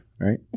Right